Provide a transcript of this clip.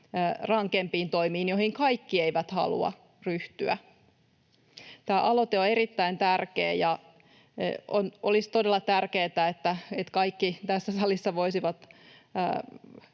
rankempiin toimiin, joihin kaikki eivät halua ryhtyä. Tämä aloite on erittäin tärkeä, ja olisi todella tärkeätä, että kaikki tässä salissa voisivat